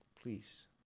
Please